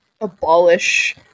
abolish